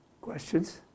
Questions